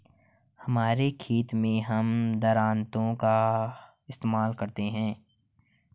हमारे खेत मैं हम दरांती का इस्तेमाल करते हैं